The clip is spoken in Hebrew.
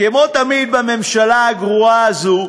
כמו תמיד בממשלה הגרועה הזאת,